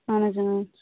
اَہَن حظ